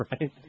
Right